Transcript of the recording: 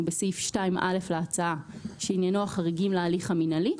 בסעיף 2א להצגה שעניינו החריגים להליך המינהלי,